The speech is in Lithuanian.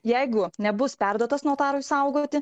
jeigu nebus perduotas notarui saugoti